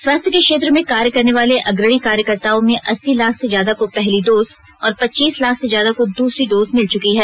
स्वास्थ्य के क्षेत्र में कार्य करने वाले अग्रणी कार्यकर्ताओं में अस्सी लाख से ज्यादा को पहली डोज और पचीस लाख से ज्यादा को दूसरी डोज मिल चुकी है